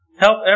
Help